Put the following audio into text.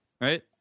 right